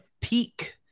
peak